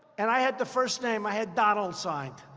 and i had the first name i had donald signed.